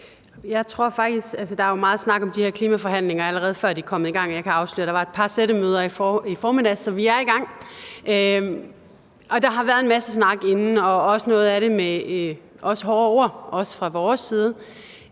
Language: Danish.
de er kommet i gang. Jeg kan afsløre, at der var et par sættemøder i formiddags – så vi er i gang. Der har været en masse snak inden, også sagt hårde ord, også fra vores side.